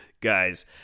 guys